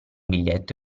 biglietto